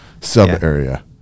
sub-area